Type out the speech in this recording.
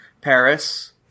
Paris